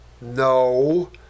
No